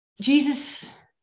Jesus